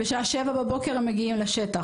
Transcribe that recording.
בשעה 07:00 בבוקר הם מגיעים לשטח,